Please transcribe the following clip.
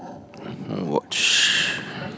watch